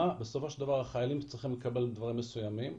מה בסופו של דבר החיילים צריכים לקבל דברים מסוימים.